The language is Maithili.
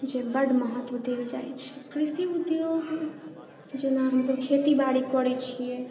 जे बड्ड महत्व देल जाइ छै कृषि उद्योग जेना हमसब खेती बाड़ी करै छिए